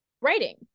writing